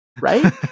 Right